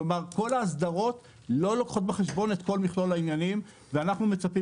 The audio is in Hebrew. כל ההסדרות לא לוקחות בחשבון את כל מכלול העניינים ואנחנו מצפים